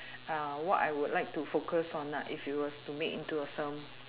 uh what I would like to focus on nah if it was to make into a film